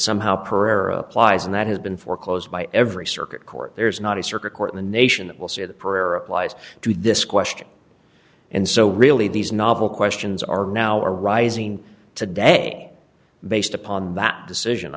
somehow pereiro applies and that has been foreclosed by every circuit court there is not a circuit court in the nation that will say the prayer applies to this question and so really these novel questions are now arising today based upon that decision